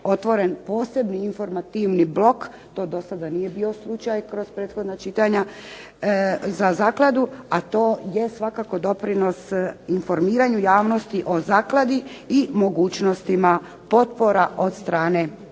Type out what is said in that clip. otvoren posebni informativni blok, to dosada nije bio slučaj kroz prethodna čitanja, za zakladu, a to jest svakako doprinos informiranju javnosti o zakladi i mogućnostima potpora od strane